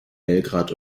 belgrad